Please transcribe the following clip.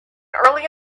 early